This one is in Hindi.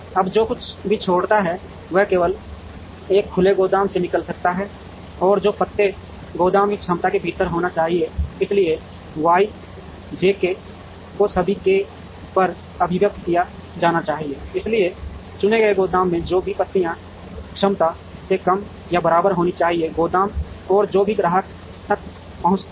अब जो कुछ भी छोड़ता है वह केवल एक खुले गोदाम से निकल सकता है और जो पत्ते गोदाम की क्षमता के भीतर होना चाहिए इसलिए Y jk को सभी k पर अभिव्यक्त किया जाना चाहिए इसलिए चुने गए गोदाम से जो भी पत्तियां क्षमता से कम या बराबर होनी चाहिए गोदाम और जो भी ग्राहक तक पहुंचता है